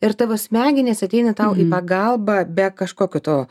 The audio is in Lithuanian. ir tavo smegenys ateina tau pagalbą be kažkokio to